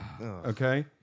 Okay